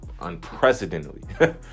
unprecedentedly